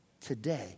Today